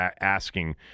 asking